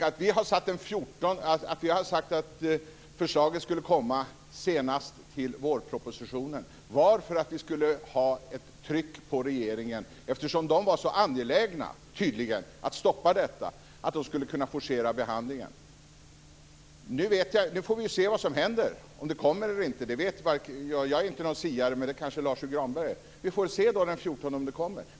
Att vi vill ha förslaget senast till vårpropositionen var för att sätta ett tryck på regeringen, eftersom den var så angelägen att stoppa detta att den var beredd att forcera behandlingen av ärendet. Nu får vi se vad som händer, om det kommer ett förslag eller inte. Jag är inte någon siare, men det kanske Lars U Granberg är. Vi får se den 14 april om det kommer något förslag.